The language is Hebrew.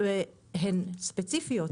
לא, הן ספציפיות.